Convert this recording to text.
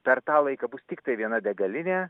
per tą laiką bus tiktai viena degalinė